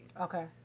Okay